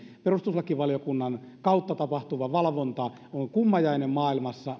perustuslakivaliokunnan kautta tapahtuva valvonta on kummajainen maailmassa